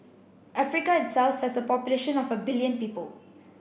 Africa itself has a population of a billion people